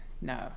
No